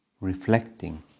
reflecting